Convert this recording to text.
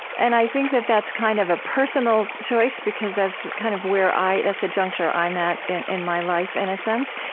and i think that that's kind of a personal choice because that's kind of where i that's the juncture i'm at in in my life, in a sense.